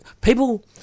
people